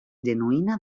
genuïna